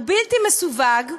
הוא בלתי מסווג,